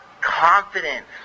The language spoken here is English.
confidence